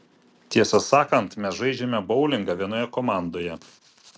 tiesą sakant mes žaidžiame boulingą vienoje komandoje